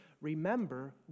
remember